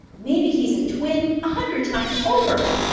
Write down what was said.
maybe he's a twin a hundred times over.